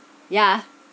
yeah